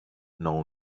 know